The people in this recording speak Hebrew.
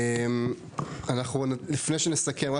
אנחנו לפני שנסכם,